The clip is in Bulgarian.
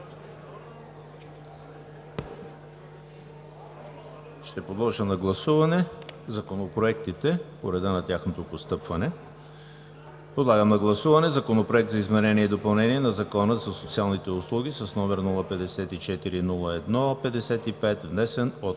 Ще гласуваме законопроектите по реда на тяхното постъпване. Подлагам на гласуване Законопроект за изменение и допълнение на Закона за социалните услуги, № 54-01-55, внесен от